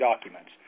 documents